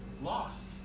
lost